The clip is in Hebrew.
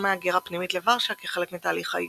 מהגירה פנימית לוורשה כחלק מתהליך העיור.